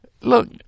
Look